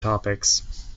topics